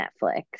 Netflix